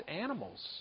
animals